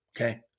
Okay